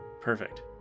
Perfect